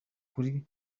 kuri